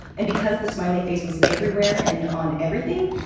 and because the smiley face was everywhere and on everything,